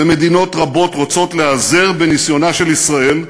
ומדינות רבות רוצה להיעזר בניסיונה של ישראל,